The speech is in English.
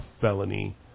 felony